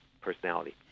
personality